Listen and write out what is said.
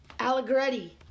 Allegretti